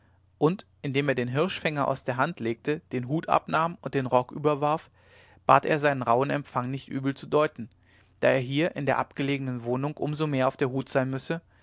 und indem er den hirschfänger aus der hand legte den hut abnahm und den rock überwarf bat er seinen rauhen empfang nicht übel zu deuten da er hier in der abgelegenen wohnung um so mehr auf der hut sein müsse